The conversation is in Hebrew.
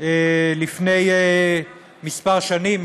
לפני כמה שנים,